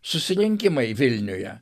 susirinkimai vilniuje